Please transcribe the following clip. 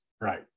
right